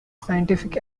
scientific